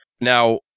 Now